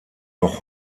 noch